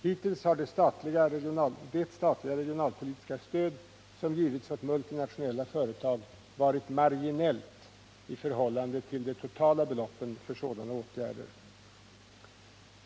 Hittills har 31 det statliga regionalpolitiska stöd som givits åt multinationella företag varit marginellt i förhållande till de totala beloppen för sådana åtgärder.